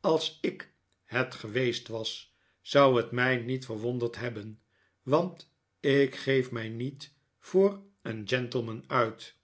als i k het geweest was zou het mij niet verwonderd hebben want ik geef mij niet voor een gentleman uit